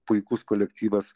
puikus kolektyvas